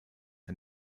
are